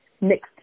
mixed